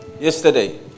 yesterday